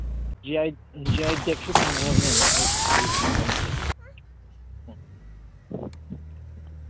G I G I ꯇꯦꯛꯁꯨ ꯐꯪꯈ꯭ꯔꯕꯅꯦ ꯃꯈꯣꯏꯒꯤ ꯂꯦꯃꯟꯁꯦ